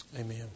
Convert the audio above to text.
Amen